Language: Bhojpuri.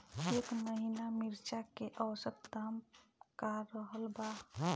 एह महीना मिर्चा के औसत दाम का रहल बा?